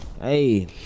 Hey